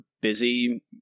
busy